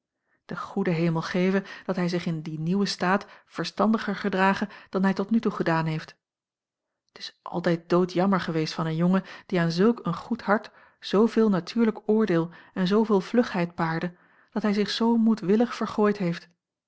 de goede hemel geve dat hij zich in dien nieuwen staat verstandiger gedrage dan hij tot nu toe gedaan heeft t is altijd doodjammer geweest van een jongen die aan zulk een goed hart zooveel natuurlijk oordeel en zooveel vlugheid paarde dat hij zich zoo moedwillig vergooid heeft